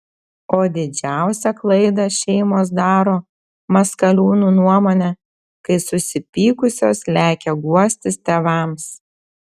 o didžiausią klaidą šeimos daro maskaliūnų nuomone kai susipykusios lekia guostis tėvams